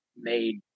made